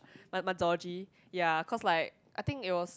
ya cause like I think it was